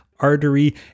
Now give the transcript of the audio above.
artery